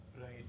Right